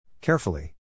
Carefully